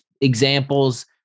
examples